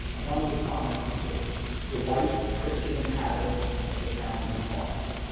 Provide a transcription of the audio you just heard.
among the common people the white, christian inhabitants of the towns and farms.